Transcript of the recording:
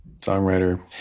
songwriter